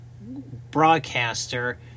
broadcaster